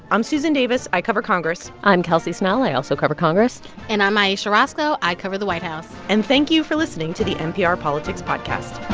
i'm susan davis. i cover congress i'm kelsey snell. i also cover congress and i'm ayesha rascoe. i cover the white house and thank you for listening to the npr politics podcast